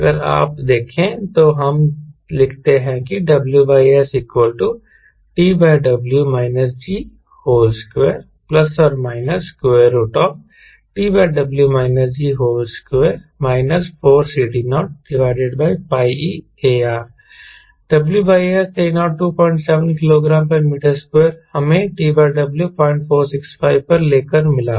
अगर आप देखें तो हम लिखते हैं कि WSTW G2TW G2 4CD0πARe WS 3027 kgm2 हमें TW 0465 पर लेकर मिला